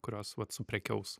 kurios vat suprekiaus